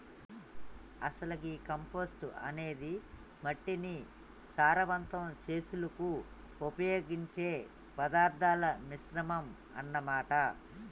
అసలు గీ కంపోస్టు అనేది మట్టిని సారవంతం సెసులుకు ఉపయోగించే పదార్థాల మిశ్రమం అన్న మాట